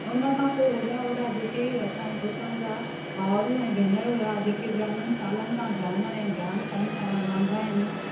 उनखां पोइ वॾा वॾा जेके असां हुतां जा भावरूं ऐं भेनरूं हुआ जेके चङनि सालनि खां ध्यान में ज्ञानु कनि था रहंदा आहिनि